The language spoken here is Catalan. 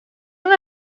una